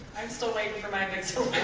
and still waiting for my big